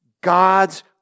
God's